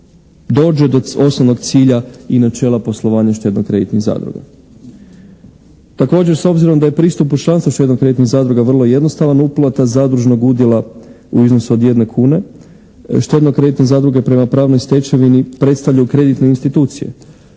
dođe do osnovnog cilja i načela poslovanja štedno-kreditnih zadruga. Također, s obzirom da je pristup po članstvu štedno-kreditnih zadruga vrlo jednostavan uplata zadružnog udjela u iznosu od 1 kune, štedno-kreditne zadruge prema pravnoj stečeni predstavljaju kreditne institucije.